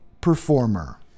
performer